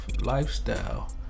lifestyle